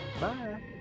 Bye